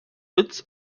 witz